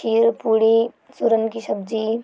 खीर पूड़ी सूरन की सब्जी